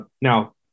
Now